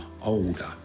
older